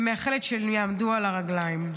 ומאחלת שהם יעמדו על הרגליים.